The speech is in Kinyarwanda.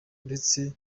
uretse